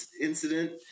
incident